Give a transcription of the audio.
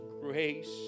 grace